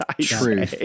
true